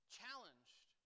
challenged